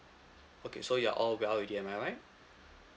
okay so you are all well already am I right